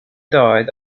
died